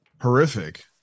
horrific